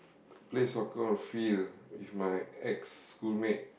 play soccer on field with my ex schoolmate